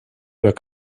über